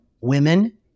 women